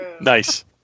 Nice